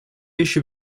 еще